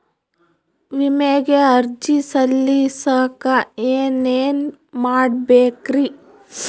ವಿಮೆಗೆ ಅರ್ಜಿ ಸಲ್ಲಿಸಕ ಏನೇನ್ ಮಾಡ್ಬೇಕ್ರಿ?